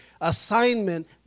assignment